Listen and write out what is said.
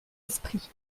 esprit